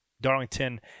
Darlington